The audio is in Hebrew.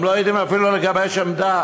הם לא יודעים אפילו לגבש עמדה